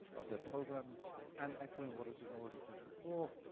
of their programming and echoing what had been already said before,